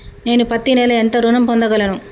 నేను పత్తి నెల ఎంత ఋణం పొందగలను?